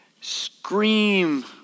scream